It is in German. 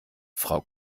frau